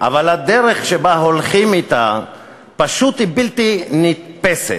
אבל הדרך שבה הולכים היא פשוט בלתי נתפסת.